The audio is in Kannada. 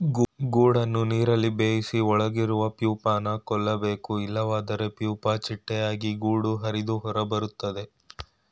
ಗೂಡನ್ನು ನೀರಲ್ಲಿ ಬೇಯಿಸಿ ಒಳಗಿರುವ ಪ್ಯೂಪನ ಕೊಲ್ಬೇಕು ಇಲ್ವಾದ್ರೆ ಪ್ಯೂಪ ಚಿಟ್ಟೆಯಾಗಿ ಗೂಡು ಹರಿದು ಹೊರಬರ್ತದೆ